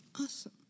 Awesome